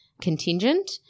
contingent